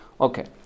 Okay